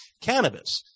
cannabis